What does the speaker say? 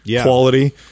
quality